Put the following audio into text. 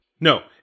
No